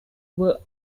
were